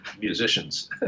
musicians